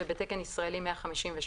ובת"י 158,